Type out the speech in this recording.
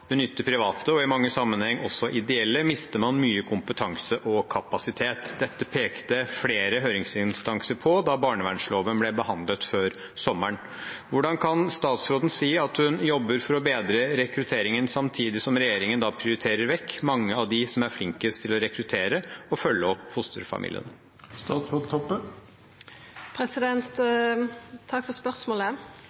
benytte private, og i mange sammenheng også ideelle, mister man mye kompetanse og kapasitet. Dette pekte flere høringsinstanser på da barnevernsloven ble behandlet før sommeren. Hvordan kan statsråden si at hun jobber for å bedre rekrutteringen samtidig som regjeringen prioriterer vekk mange av de som er flinkest til å rekruttere og følge opp